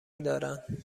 دارند